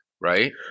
right